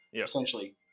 essentially